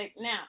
Now